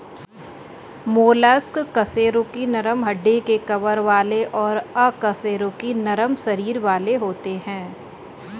mollusc कशेरुकी नरम हड्डी के कवर वाले और अकशेरुकी नरम शरीर वाले होते हैं